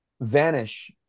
vanish